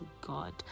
god